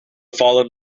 fallen